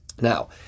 Now